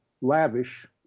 lavish